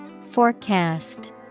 Forecast